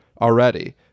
already